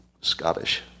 Scottish